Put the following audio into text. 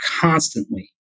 constantly